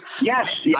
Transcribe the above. Yes